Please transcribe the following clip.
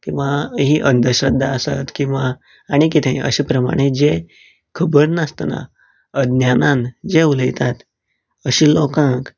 किंवां ही अंदश्रध्दा आसत किंवां आनी कितेंय अशे प्रमाणें जें खबर नासतना अज्ञानान जे उलयतात अशें लोकांक